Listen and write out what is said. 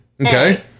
Okay